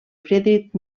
friedrich